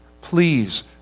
Please